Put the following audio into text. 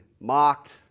mocked